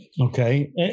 Okay